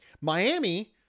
Miami